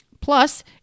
Plus